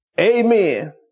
Amen